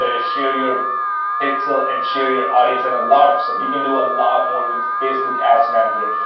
ah share your pixel and share your audience and a lot of stuff. you can do a lot more with facebook ads manager.